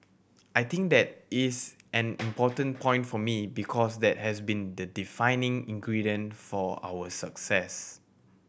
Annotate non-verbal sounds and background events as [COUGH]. I think that is an [NOISE] important point for me because that has been the defining ingredient for our success